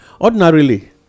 Ordinarily